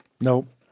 Nope